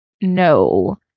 no